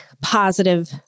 positive